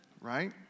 right